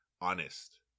honest